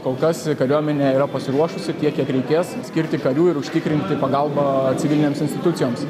kol kas kariuomenė yra pasiruošusi tiek kiek reikės skirti karių ir užtikrinti pagalbą civilinėms institucijoms